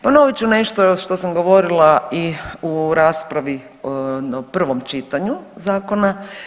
Ponovit ću nešto što sam govorila i u raspravi o prvom čitanju zakona.